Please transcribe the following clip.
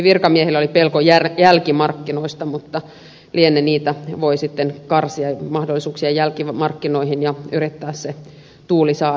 virkamiehillä oli pelko jälkimarkkinoista mutta mahdollisuuksia jälkimarkkinoihin voinee sitten karsia ja yrittää se tuuli saada suomeen